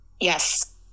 Yes